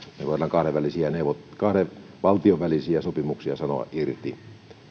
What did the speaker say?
me voimme kahden valtion välisiä sopimuksia sanoa irti